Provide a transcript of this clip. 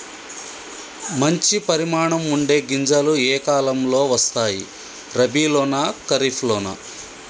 మంచి పరిమాణం ఉండే గింజలు ఏ కాలం లో వస్తాయి? రబీ లోనా? ఖరీఫ్ లోనా?